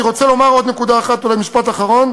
אני רוצה לומר עוד נקודה אחת, אולי משפט אחרון: